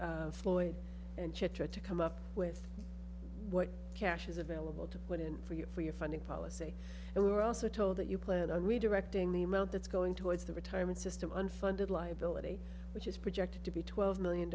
and floyd and chitra to come up with what cash is available to put in for you for your funding policy and we were also told that you plan on redirecting the amount that's going towards the retirement system unfunded liability which is projected to be twelve million